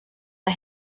der